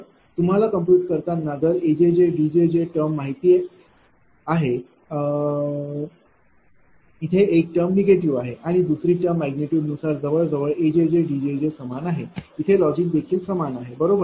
तुम्हाला कॉम्प्युट करताना जर A D टर्म माहीत इथे एक टर्म निगेटिव्ह आहे आणि दुसरी टर्म मॅग्निट्यूड नुसार जवळजवळ A D समान आहे येथे लॉजिक देखील समान आहे बरोबर